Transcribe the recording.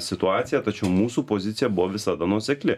situacija tačiau mūsų pozicija buvo visada nuosekli